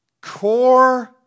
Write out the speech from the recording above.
core